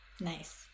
Nice